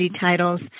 titles